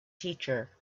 teacher